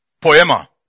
Poema